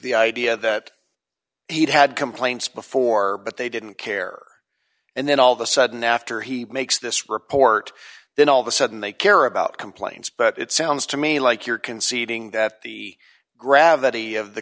the idea that he'd had complaints before but they didn't care and then all of a sudden after he makes this report then all of a sudden they care about complaints but it sounds to me like you're conceding that the gravity of the